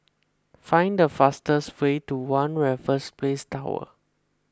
find a fastest way to one Raffles Place Tower